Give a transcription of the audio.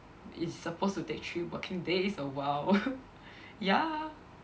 it's supposed to take three working days awhile ya